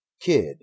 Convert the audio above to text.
Kid